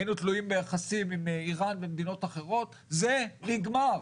היינו תלויים ביחסים עם איראן ומדינות אחרות זה נגמר,